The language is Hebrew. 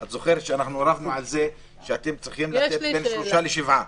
את זוכרת שרבנו על זה שאתם צריכים לתת בין שלושה לשבעה.